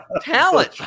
talent